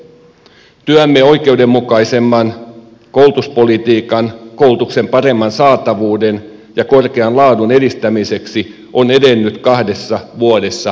työmme oikeudenmukaisemman koulutuspolitiikan koulutuksen paremman saatavuuden ja korkean laadun edistämiseksi on edennyt kahdessa vuodessa aika paljon